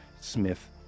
Smith